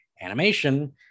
animation